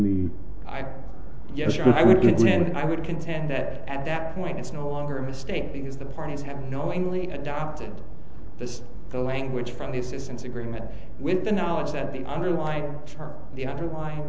the eye i would get and i would contend that at that point it's no longer a mistake because the parties have knowingly adopted just the language from the assistance agreement with the knowledge that the underlying the underlying